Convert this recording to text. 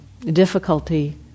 difficulty